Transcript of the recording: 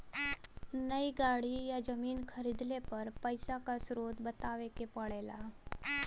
नई गाड़ी या जमीन खरीदले पर पइसा क स्रोत बतावे क पड़ेला